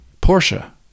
Portia